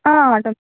ఆ ఆటో